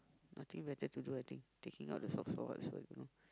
nothing better to do I think taking out the socks for what I also don't know